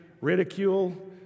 ridicule